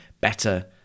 better